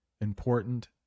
important